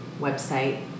website